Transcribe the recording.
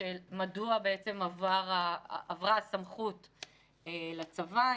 מדוע עברה הסמכות לצבא,